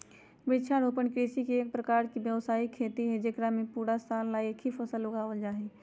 वृक्षारोपण कृषि एक प्रकार के व्यावसायिक खेती हई जेकरा में पूरा साल ला एक ही फसल उगावल जाहई